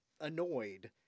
annoyed